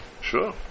Sure